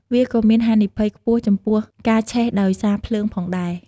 វាក៏មានហានិភ័យខ្ពស់ចំពោះ ការឆេះដោយសារភ្លើងផងដែរ។